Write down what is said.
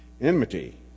enmity